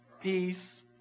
Peace